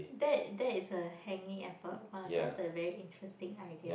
that that is a hangy airport ah that's a very interesting idea